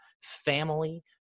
family